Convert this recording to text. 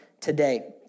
Today